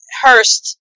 Hurst